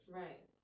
right